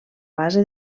base